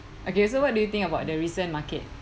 okay so what do you think about the recent market